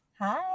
Hi